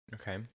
Okay